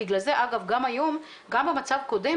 גם במצב קודם,